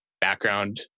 background